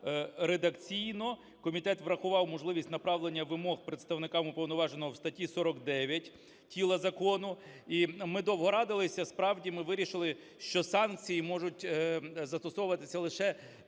редакційно. Комітет врахував можливість направлення вимог представникам уповноваженого у статті 49 тіла закону. І ми довго радилися, справді, ми вирішили, що санкції можуть застосовуватися лише